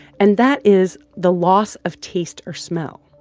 and that is the loss of taste or smell.